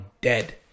dead